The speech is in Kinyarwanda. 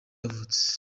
yavutse